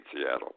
Seattle